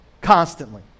constantly